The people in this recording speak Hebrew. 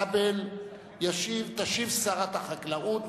הצעת החוק הבאה.